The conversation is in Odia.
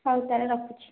ହଉ ତାହେଲେ ରଖୁଛି